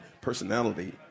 Personality